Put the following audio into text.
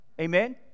Amen